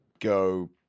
go